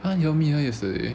!huh! you all meet her yesterday